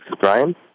Brian